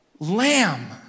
Lamb